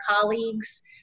colleagues